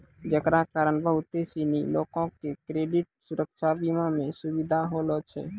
जेकरा कारण बहुते सिनी लोको के क्रेडिट सुरक्षा बीमा मे सुविधा होलो छै